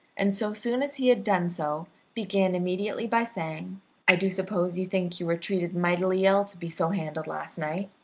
and so soon as he had done so began immediately by saying i do suppose you think you were treated mightily ill to be so handled last night.